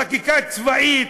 חקיקה צבאית,